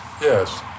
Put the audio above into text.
yes